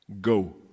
Go